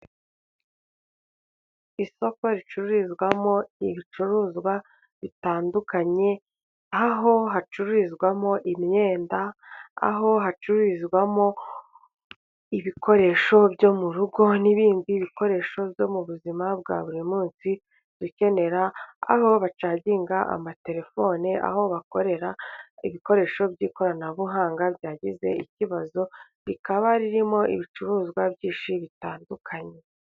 Isoko ricururizwamo ibicuruzwa bitandukanye, aho hacururizwamo imyenda, aho hacururizwamo ibikoresho byo mu rugo n'ibindi bikoresho byo mu buzima bwa buri munsi dukenera, aho bacaginga amaterefoni, aho bakorera ibikoresho by'ikoranabuhanga byagize ikibazo, rikaba ririmo ibicuruzwa byinshi bitandukanye.